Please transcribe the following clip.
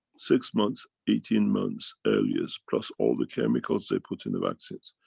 six months, eighteen months earliest, plus all the chemicals they put in the vaccines.